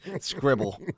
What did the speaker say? scribble